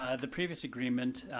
ah the previous agreement,